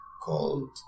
called